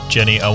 Jenny